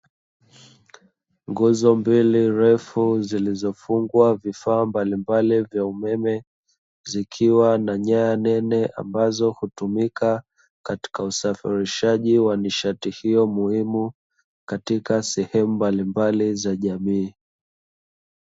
Nguzo mbili refu zilizofungwa vifaa mbalimbali vya umeme, zikiwa na nyaya nene ambazo hutumika katika usafirishaji wa nishati hiyo muhimu katika sehemu mbalimbali za jamii.